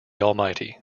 almighty